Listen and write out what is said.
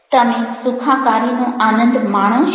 તમે સુખાકારીનો આનંદ માણો છો